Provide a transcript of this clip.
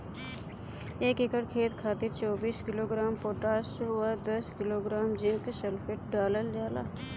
एक एकड़ खेत खातिर चौबीस किलोग्राम पोटाश व दस किलोग्राम जिंक सल्फेट डालल जाला?